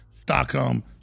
Stockholm